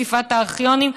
חשיפת הארכיונים,